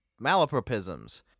malapropisms